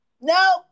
No